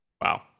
Wow